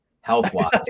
health-wise